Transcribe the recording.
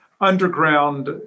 underground